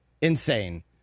insane